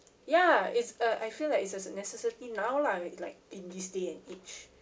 ya it's a I feel like is s~ s~ a necessity now lah I mean like in this day and age